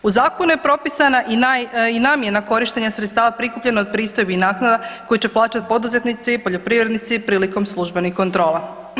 U zakonu je propisana i namjena korištenja sredstava prikupljena od pristojbi i naknada koju će plaćat poduzetnici i poljoprivrednici prilikom služenih kontrola.